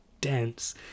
dense